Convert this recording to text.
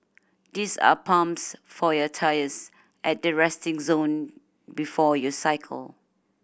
these are pumps for your tyres at the resting zone before you cycle